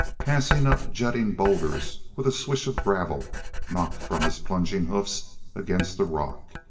passing up-jutting boulders with a swish of gravel knocked from his plunging hoofs against the rock.